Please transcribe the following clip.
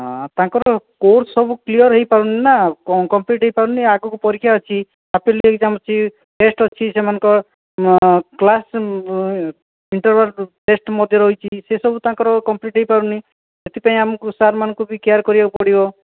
ହଁ ତାଙ୍କର କୋର୍ସ୍ ସବୁ କ୍ଲିଅର୍ ହୋଇପାରୁନି ନା କମ୍ପ୍ଲିଟ୍ ହୋଇପାରୁନି ନା ଆଗକୁ ପରୀକ୍ଷା ଅଛି ଏପ୍ରିଲ୍ରେ ଏକ୍ଜାମ୍ ଅଛି ଟେଷ୍ଟ୍ ଅଛି ସେମାନଙ୍କର କ୍ଲାସ୍ ଇଣ୍ଟର୍ଭାଲ୍ ଟେଷ୍ଟ୍ ମଧ୍ୟ ରହିଛି ସେ ସବୁ ତାଙ୍କର କଂପ୍ଲିଟ୍କମ୍ପ୍ଲିଟ୍ ହୋଇପାରୁନି ସେଥିପାଇଁ ଆମକୁ ସାର୍ମାନଙ୍କୁ ବି କେଆର୍ କରିବାକୁ ପଡ଼ିବ